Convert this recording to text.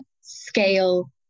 scale